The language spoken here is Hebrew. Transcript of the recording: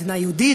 מדינה יהודית,